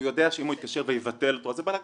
הוא יודע שאם הוא התקשר ויבטל זה בלגאן,